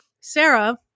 Sarah